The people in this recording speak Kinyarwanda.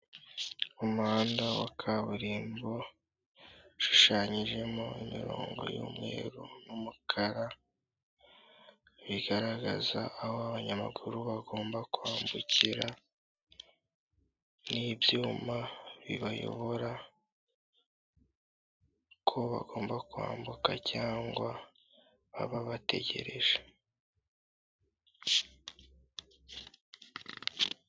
Umuhanda wa kaburimbo ushushanyijemo imirongo y'umweru n'umukara, bigaragaza aho abanyamaguru bagomba kwambukira n'ibyuma bibayobora ko bagomba kwambuka cyangwa baba bategereje.